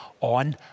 on